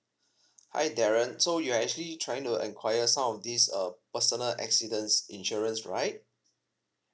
hi darren so you are actually trying to enquire some of these uh personal accidents insurance right